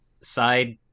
side